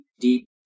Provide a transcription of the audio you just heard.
deep